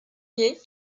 ier